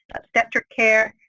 obstetric care,